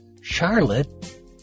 Charlotte